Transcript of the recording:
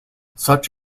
such